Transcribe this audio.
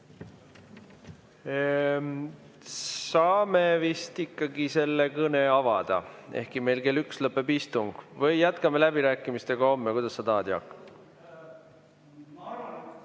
Saame vist ikkagi selle kõne avada, ehkki meil kell üks lõpeb istung, või jätkame läbirääkimistega homme. Kuidas sa tahad, Jaak?